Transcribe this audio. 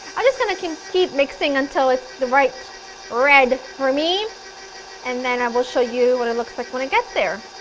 i'm just going to keep keep mixing until it's the right red for me and then i will show you what it looks like when it gets there.